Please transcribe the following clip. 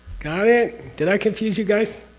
got it? did i confuse you guys?